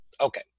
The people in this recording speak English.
Okay